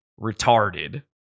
retarded